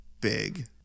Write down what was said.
big